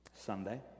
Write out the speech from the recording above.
Sunday